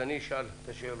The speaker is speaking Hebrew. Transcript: אז אני אשאל את השאלות.